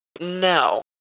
no